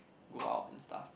go out and stuff